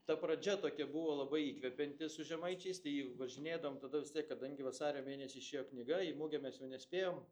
ta pradžia tokia buvo labai įkvepianti su žemaičiais tai važinėdavom tada vis tiek kadangi vasario mėnesį išėjo knyga į mugę mes jau nespėjom